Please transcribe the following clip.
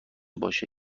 باشه